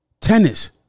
Tennis